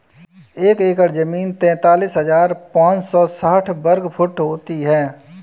एक एकड़ जमीन तैंतालीस हजार पांच सौ साठ वर्ग फुट होती है